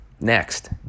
Next